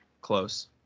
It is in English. close